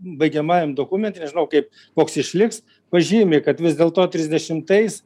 baigiamajam dokumente nežinau kaip koks išliks pažymi kad vis dėlto trisdešimtais